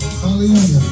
hallelujah